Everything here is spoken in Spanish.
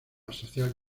social